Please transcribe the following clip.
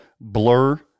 blur